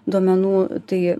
duomenų tai